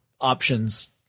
options